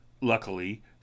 luckily